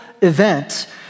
event